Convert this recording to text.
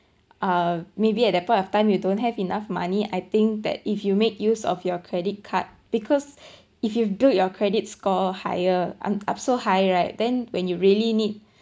uh maybe at that point of time you don't have enough money I think that if you make use of your credit card because if you build your credit score higher un~ up so high right then when you really need